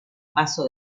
paso